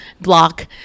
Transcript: Block